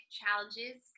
challenges